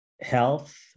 health